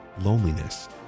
loneliness